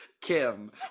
Kim